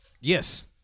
Yes